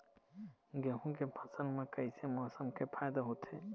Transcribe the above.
गेहूं के फसल म कइसे मौसम से फायदा होथे?